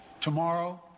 Tomorrow